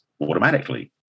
automatically